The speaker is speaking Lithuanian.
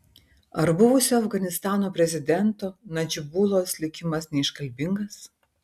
ar buvusio afganistano prezidento nadžibulos likimas neiškalbingas